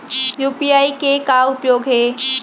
UPI के का उपयोग हे?